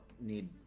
need